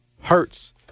hurts